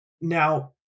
Now